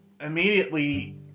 immediately